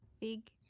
Big